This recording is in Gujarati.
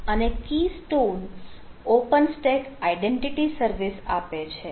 અને Keystone OpenStack identity service આપે છે